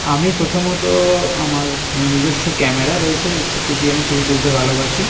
আমি প্রথমত আমার নিজস্ব ক্যামেরা রয়েছে সেটি দিয়ে আমি ছবি তুলতে ভালোবাসি